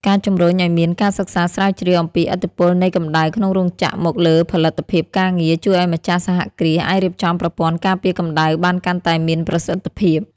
ការជំរុញឱ្យមានការសិក្សាស្រាវជ្រាវអំពីឥទ្ធិពលនៃកម្ដៅក្នុងរោងចក្រមកលើផលិតភាពការងារ ជួយឱ្យម្ចាស់សហគ្រាសអាចរៀបចំប្រព័ន្ធការពារកម្ដៅបានកាន់តែមានប្រសិទ្ធភាព។